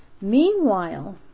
Meanwhile